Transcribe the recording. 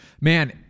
Man